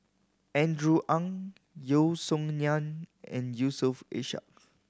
Andrew Ang Yeo Song Nian and Yusof Ishak